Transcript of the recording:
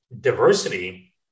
diversity